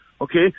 Okay